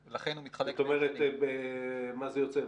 זאת אומרת מה זה יוצא?